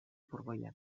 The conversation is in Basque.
furgoiak